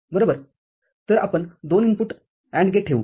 तरआपण दोन input AND gate ठेवू